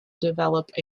develop